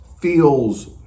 feels